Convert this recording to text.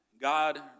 God